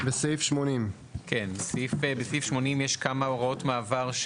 סעיף 80. בסעיף 80 יש כמה הוראות מעבר,